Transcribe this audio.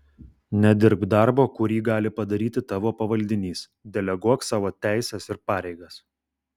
nedirbk darbo kurį gali padaryti tavo pavaldinys deleguok savo teises ir pareigas